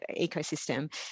ecosystem